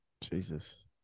Jesus